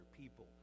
people